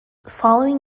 following